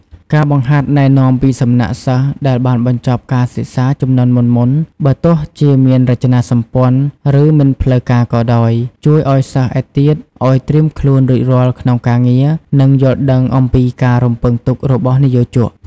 ការបង្ហាត់ណែនាំពីសំណាក់សិស្សដែលបានបញ្ចប់ការសិក្សាជំនាន់មុនៗ បើទោះជាមានរចនាសម្ព័ន្ធឬមិនផ្លូវការក៏ដោយ ជួយឲ្យសិស្សឯទៀតឱ្យត្រៀមខ្លួនរួចរាល់ក្នុងការងារ និងយល់ដឹងអំពីការរំពឹងទុករបស់និយោជក។